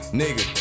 nigga